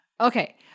Okay